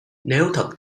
thật